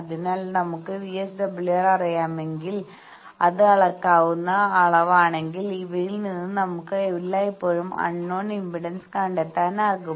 അതിനാൽ നമുക്ക് VSWR അറിയാമെങ്കിൽ അത് അളക്കാവുന്ന അളവാണെങ്കിൽ ഇവയിൽ നിന്ന് നമുക്ക് എല്ലായ്പ്പോഴും അൺനോൺ ഇമ്പിഡൻസ് കണ്ടെത്താനാകും